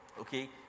Okay